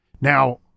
Now